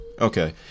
okay